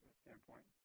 standpoint